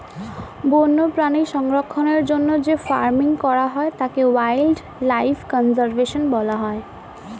বন্যপ্রাণী সংরক্ষণের জন্য যে ফার্মিং করা হয় তাকে ওয়াইল্ড লাইফ কনজার্ভেশন বলা হয়